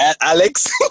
Alex